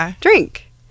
drink